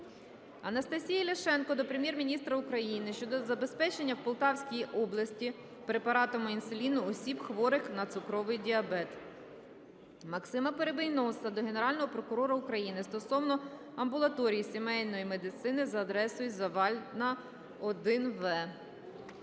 Анастасії Ляшенко до Прем'єр-міністра України щодо забезпечення в Полтавській області препаратами інсуліну осіб, хворих на цукровий діабет. Максима Перебийноса до Генерального прокурора України стосовно амбулаторії сімейної медицини за адресою: Завальна, 1-в.